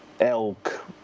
Elk